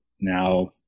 now